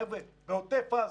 חבר'ה, עוטף עזה,